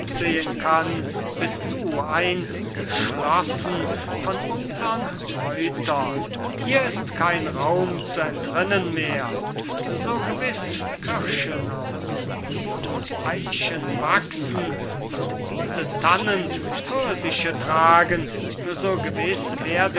absehen kann bist du eingeschlossen von unsern reutern hier ist kein raum zum entrinnen mehr so gewiß kirschen auf diesen eichen wachsen und diese tannen pfirsiche tragen so gewiß